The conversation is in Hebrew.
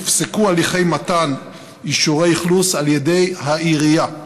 הופסקו הליכי מתן אישורי אכלוס על ידי העירייה.